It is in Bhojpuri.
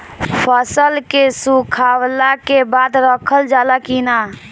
फसल के सुखावला के बाद रखल जाला कि न?